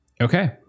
Okay